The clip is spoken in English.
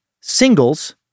singles